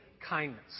kindness